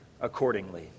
accordingly